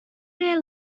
day